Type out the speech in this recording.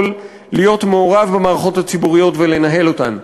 להיות מעורב במערכות הציבוריות ולנהל אותן.